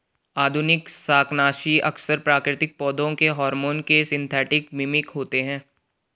आधुनिक शाकनाशी अक्सर प्राकृतिक पौधों के हार्मोन के सिंथेटिक मिमिक होते हैं